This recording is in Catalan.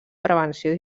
prevenció